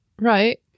Right